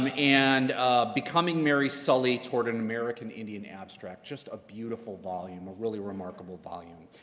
um and becoming mary sully toward an american indian abstract. just a beautiful volume. a really remarkable volume.